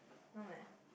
no eh